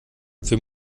für